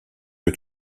que